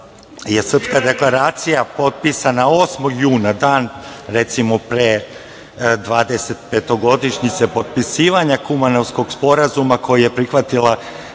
srpska deklaracija potpisana 8. juna, dan pre 25. godišnjice potpisivanja Kumanovskog sporazuma koji je prihvatila